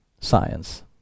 science